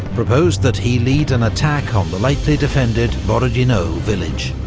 proposed that he lead an attack on the lightly-defended borodino village.